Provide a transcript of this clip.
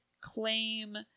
claim